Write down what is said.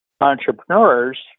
entrepreneurs